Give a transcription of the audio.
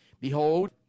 Behold